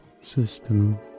system